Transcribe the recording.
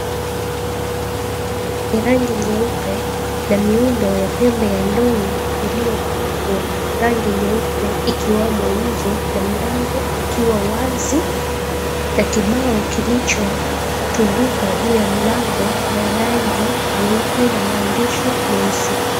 Jumba yenye rangi nyeupe na muundo wa pembe za ndovu uliopakwa rangi nyeupe ikiwemo nje na mlango ukiwa wazi na kibao kilicho tundikwa juu ya mlango na rangi nyeupe na maandishi meusi.